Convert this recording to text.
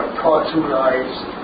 cartoonized